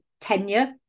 tenure